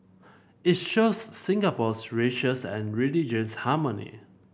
it shows Singapore's racial and religious harmony